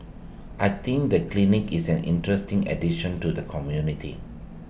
I think the clinic is an interesting addition to the community